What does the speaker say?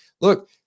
Look